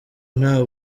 nta